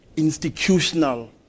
institutional